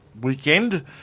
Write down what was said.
weekend